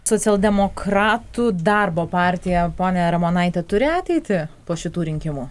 socialdemokratų darbo partija ponia ramonaite turi ateitį po šitų rinkimų